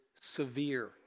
severe